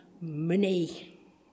money